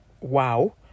wow